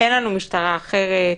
שאין לנו משטרה אחרת,